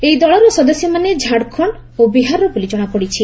ଏହି ଦଳର ସଦସ୍ୟମାନେ ଝାଡ଼ଖଣ୍ଡ ଓ ବିହାରର ବୋଲି ଜଣାପଡ଼ିଛି